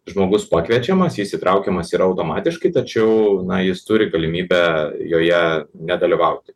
žmogus pakviečiamas jis įtraukiamas yra automatiškai tačiau na jis turi galimybę joje nedalyvauti